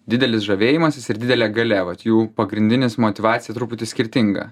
didelis žavėjimasis ir didelė galia vat jų pagrindinis motyvacija truputį skirtinga